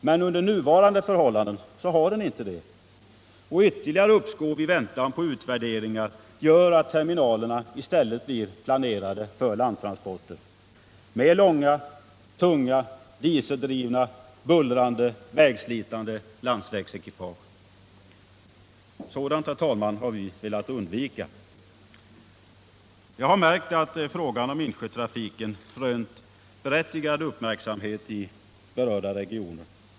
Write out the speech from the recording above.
Men under nuvarande förhållanden har den inte det, och ytterligare uppskov i väntan på utvärderingar gör att terminalerna i stället blir planerade för landtransporter med långa, tunga, dieseldrivna, bullrande, vägslitande 191 landsvägsekipage. Sådant har vi, herr talman, velat undvika! Jag har märkt att frågan om insjötrafiken rönt berättigad uppmärksamhet i berörda regioner.